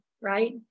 right